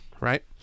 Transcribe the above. Right